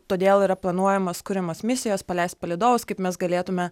todėl yra planuojamos kuriamos misijos paleist palydovus kaip mes galėtume